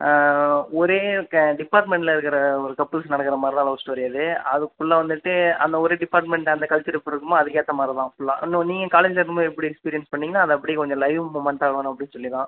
ஒரே டிப்பார்ட்மெண்ட்டில் இருக்குகிற ஒரு கப்புள்ஸ் நடக்கிற மாதிரிலாம் லவ் ஸ்டோரி அது அதுக்குள்ள வந்துட்டு அந்த ஒரு டிப்பார்ட்மெண்ட் அந்த கல்ச்சர் எப்படி இருக்கமோ அதுக்கேற்ற மாதிரி தான் ஃபுல்லா இன்னும் நீங்கள் காலேஜில் இருக்கும்போது எப்படி எக்ஸ்பீரியன்ஸ் பண்ணிங்களோ அதை அப்படியே கொஞ்சம் லைவ் மூமெண்ட்டா வேணும் அப்படி சொல்லி தான்